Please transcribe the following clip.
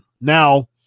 Now